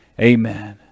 Amen